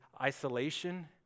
isolation